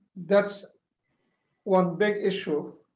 that's one big issue